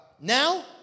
Now